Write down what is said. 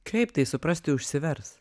kaip tai suprasti užsivers